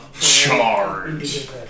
Charge